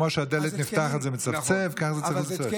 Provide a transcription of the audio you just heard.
כמו שהדלת נפתחת וזה מצפצף, כך זה צריך לצפצף.